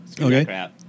Okay